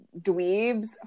dweebs